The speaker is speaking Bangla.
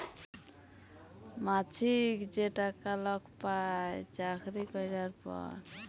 মাছিক যে টাকা লক পায় চাকরি ক্যরার পর